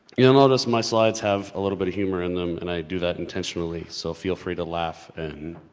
you will notice my slide have a little bit of humor in them and i do that intentionally so feel free to laugh and.